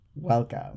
Welcome